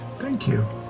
thank you.